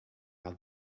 how